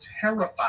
terrified